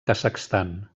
kazakhstan